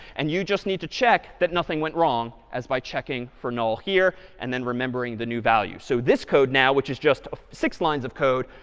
and you just need to check that nothing went wrong as by checking for null here and then remembering the new value. so this code now, which is just ah six lines of code,